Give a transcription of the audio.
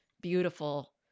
beautiful